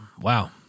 Wow